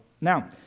Now